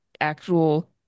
actual